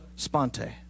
sponte